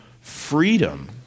freedom